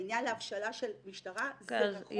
לעניין ההבשלה של משטרה זה עוד רחוק -- כן,